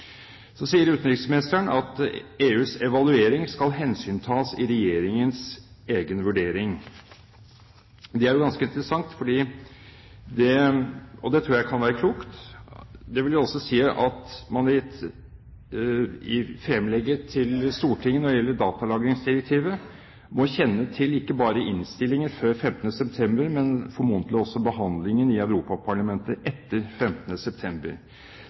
Så sier utenriksministeren at EUs evaluering skal hensyntas i Regjeringens egen vurdering. Det er jo ganske interessant, og det tror jeg kan være klokt. Det vil altså si at man i fremlegget til Stortinget når det gjelder datalagringsdirektivet, må kjenne til ikke bare innstillingen før 15. september, men formodentlig også behandlingen i Europaparlamentet etter 15. september.